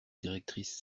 directrice